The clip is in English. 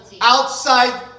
outside